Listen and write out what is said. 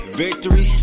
victory